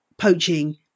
poaching